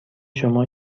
شما